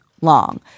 long